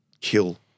kill